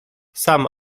sam